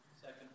Second